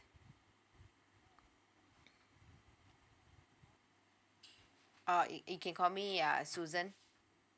oh y~ you can call me uh susan